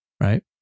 right